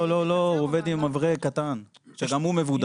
לא, הוא עובד עם מברג קטן שגם הוא מבודד.